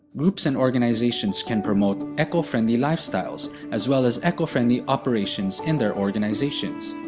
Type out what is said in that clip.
groups and organizations can promote eco-friendly lifestyles, as well as eco-friendly operations in their organizations.